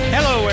Hello